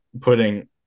putting